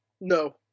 No